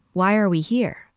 why are we here?